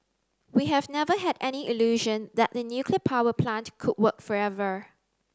we have never had any illusion that the nuclear power plant could work forever